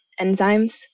enzymes